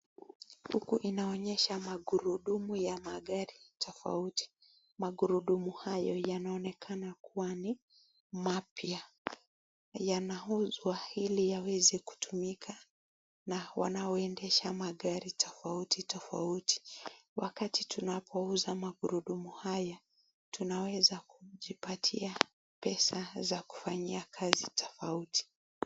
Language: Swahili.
Huku inaonyesha magurudumu ya magari tofauti. Magurudumu hayo yanaonekana kuwa ni mapya. Yanauzwa ili yaweze kutumika na wanaoendesha magari tofauti tofauti. Wakati tunapouza magurudumu haya tunaweza kujipatia pesa za kufanyia kazi tofauti.